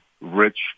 rich